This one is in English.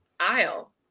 aisle